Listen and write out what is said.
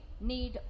need